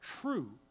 true